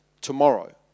tomorrow